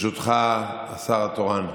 ברשותך, השר התורן,